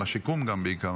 גם לשיקום בעיקר,